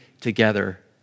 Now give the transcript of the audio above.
together